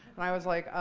and i was like, ah,